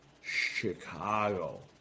Chicago